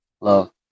love